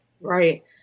Right